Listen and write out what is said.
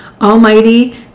Almighty